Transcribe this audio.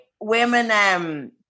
Women